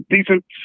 Decent